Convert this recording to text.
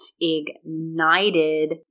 ignited